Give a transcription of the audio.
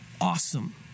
awesome